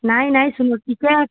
ନାଇଁ ନାଇଁ ଶୁନ ଟିକେ